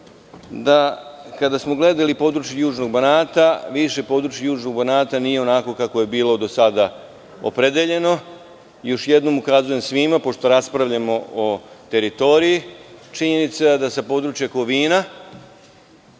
Kada smo gledali područje Južnog Banata, više područje Južnog Banata nije onakvo kakvo je bilo do sada opredeljeno. Još jednom ukazujem svima pošto raspravljamo o teritoriji, činjenica je da za područje Kovina